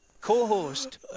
co-host